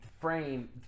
frame